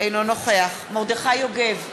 אינו נוכח מרדכי יוגב,